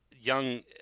young